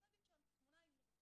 התמונה היא מורכבת,